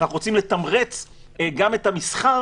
אנחנו רוצים לתמרץ גם את המסחר